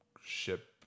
ship